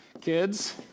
Kids